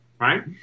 Right